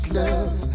love